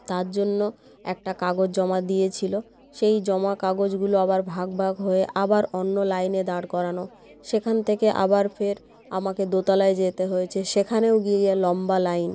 তার জন্য একটা কাগজ জমা দিয়েছিল সেই জমা কাগজগুলো আবার ভাগ ভাগ হয়ে আবার অন্য লাইনে দাঁড় করানো সেখান থেকে আবার ফের আমাকে দোতলায় যেতে হয়েছে সেখানেও গিয়ে লম্বা লাইন